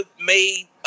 made